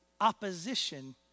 opposition